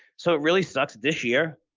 so, it really sucks this year,